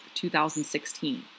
2016